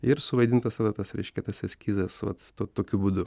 ir suvaidintas tada tas reiškia tas eskizas vat to tokiu būdu